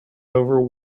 over